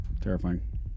Terrifying